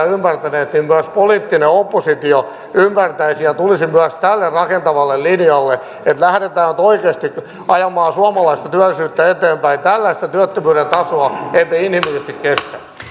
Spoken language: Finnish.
ymmärtäneet niin myös poliittinen oppositio ymmärtäisi ja ja tulisi myös tälle rakentavalle linjalle että lähdetään nyt oikeasti ajamaan suomalaista työllisyyttä eteenpäin tällaista työttömyyden tasoa emme inhimillisesti kestä